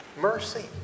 mercy